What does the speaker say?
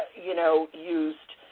you know, used.